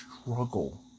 struggle